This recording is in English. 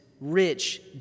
rich